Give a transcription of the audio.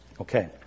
Okay